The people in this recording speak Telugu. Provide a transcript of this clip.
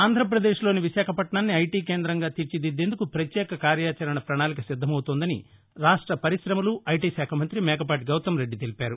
ఆంధ్రాపదేశ్ లోని విశాఖపట్టణాన్ని ఐటీ కేందంగా తీర్చిదిద్దేందుకు పత్యేక కార్యాచరణ పణాళిక సిద్దమవుతోందని రాష్ట పరిశమలు ఐటీ శాఖ మంతి మేకపాటి గౌతమ్రెడ్డి తెలిపారు